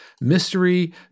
mystery